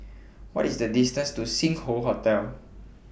What IS The distance to Sing Hoe Hotel